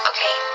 Okay